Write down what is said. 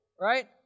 right